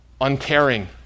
uncaring